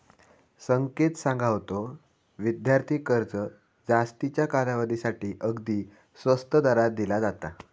संकेत सांगा होतो, विद्यार्थी कर्ज जास्तीच्या कालावधीसाठी अगदी स्वस्त दरात दिला जाता